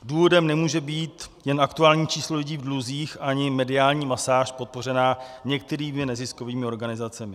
Důvodem nemůže být jen aktuální číslo lidí v dluzích ani mediální masáž podpořená některými neziskovými organizacemi.